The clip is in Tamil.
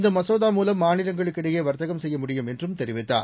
இந்தமசோதா மூலம் மாநிலங்களுக்கிடையேவர்த்தகம் செய்ய முடியும் என்றுதெரிவித்தார்